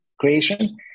creation